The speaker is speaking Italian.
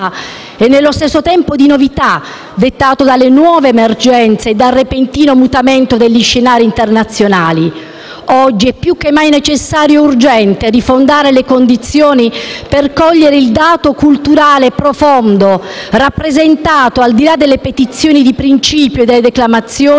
e nello stesso tempo di novità, dettato dalle nuove emergenze e dal repentino mutamento degli scenari internazionali. Oggi è più che mai necessario e urgente rifondare le condizioni per cogliere il dato culturale profondo rappresentato, al di là delle petizioni di principio e delle declamazioni,